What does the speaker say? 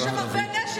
יש שם הרבה נשק,